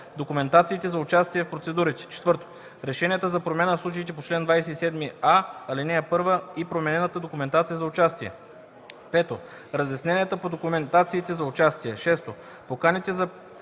документациите за участие в процедурите; 4. решенията за промяна в случаите по чл. 27а, ал. 1 и променената документация за участие; 5. разясненията по документациите за участие; 6. поканите за